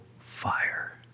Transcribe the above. fire